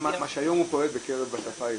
מה שהוא היום פועל בשפה העברית,